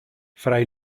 fray